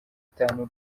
itanu